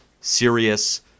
serious